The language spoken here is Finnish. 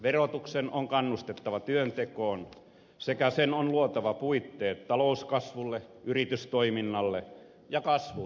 verotuksen on kannustettava työntekoon sekä sen on luotava puitteet talouskasvulle yritystoiminnalle ja kasvuyrittäjyydelle